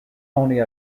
only